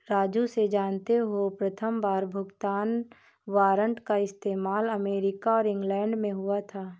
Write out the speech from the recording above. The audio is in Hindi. राजू से जानते हो प्रथमबार भुगतान वारंट का इस्तेमाल अमेरिका और इंग्लैंड में हुआ था